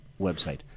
website